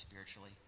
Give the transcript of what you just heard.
spiritually